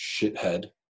shithead